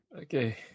Okay